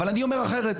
אבל אני אומר אחרת,